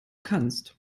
kannst